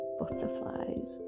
butterflies